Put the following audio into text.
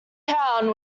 town